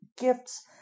gifts